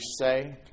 say